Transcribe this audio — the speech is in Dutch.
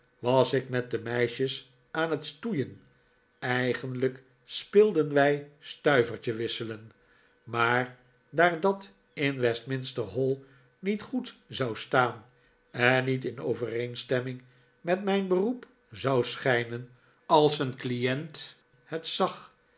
ik met de meisjes aan het stoeien eigenlijk speelden wij stuivertje wisselen maar daar dat in westminster hall niet goed zou staan en niet in overeenstemming met mijn beroep zou schijnen als een client het zag